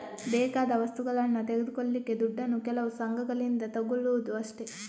ಬೇಕಾದ ವಸ್ತುಗಳನ್ನ ತೆಗೆದುಕೊಳ್ಳಿಕ್ಕೆ ದುಡ್ಡನ್ನು ಕೆಲವು ಸಂಘಗಳಿಂದ ತಗೊಳ್ಳುದು ಅಷ್ಟೇ